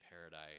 paradise